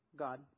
God